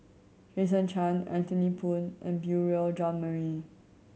Jason Chan Anthony Poon and Beurel Jean Marie